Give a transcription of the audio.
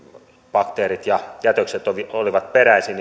bakteerit ja jätökset ilmeisesti olivat peräisin